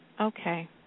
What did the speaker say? Okay